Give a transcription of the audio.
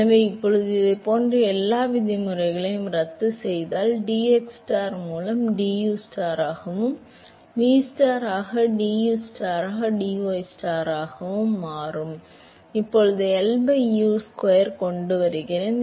எனவே இப்போது இதைப் போன்ற எல்லா விதிமுறைகளையும் ரத்து செய்தால் இது dxstar மூலம் dustar ஆகவும் vstar ஆக du star ஆக dy star ஆகவும் மாறும் இப்போது L by U ஸ்கொயர் கொண்டு வருகிறேன்